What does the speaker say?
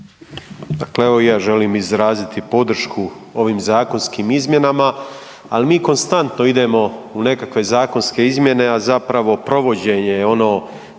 Dakle evo i ja želim izraziti podršku ovim zakonskim izmjenama, ali mi konstanto idemo u nekakve zakonske izmjene, a zapravo, provođenje je